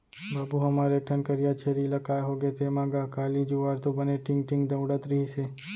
बाबू हमर एक ठन करिया छेरी ला काय होगे तेंमा गा, काली जुवार तो बने टींग टींग दउड़त रिहिस हे